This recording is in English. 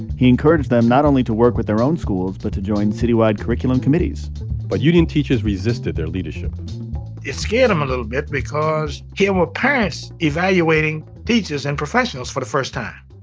he encouraged them not only to work with their own schools but to join a citywide curriculum committees but union teachers resisted their leadership it scared them a little bit because here were parents evaluating teachers and professionals for the first time.